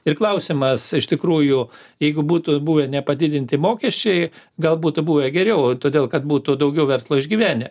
ir klausimas iš tikrųjų jeigu būtų buvę nepadidinti mokesčiai gal būtų buvę geriau todėl kad būtų daugiau verslo išgyvenę